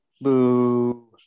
Boo